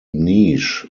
niece